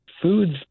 Foods